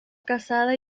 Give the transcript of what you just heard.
casada